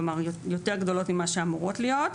כלומר יותר גדולות ממה שאמורות להיות,